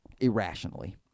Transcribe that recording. irrationally